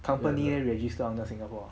company registered under singapore ah